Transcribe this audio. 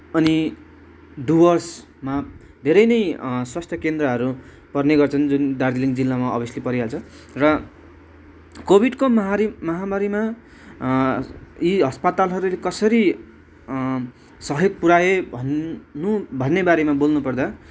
अनि डुवर्समा धेरै नै स्वास्थ्य केन्द्रहरू पर्ने गर्छन् जुन दार्जिलिङ जिल्लामा अभियस्ली परिहाल्छ र कोभिडको महारी महामारीमा यी हस्पिटलहरूले कसरी सहयोग पुऱ्याए भन्नु भन्नेबारेमा बोल्नुपर्दा